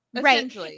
right